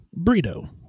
burrito